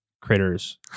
critters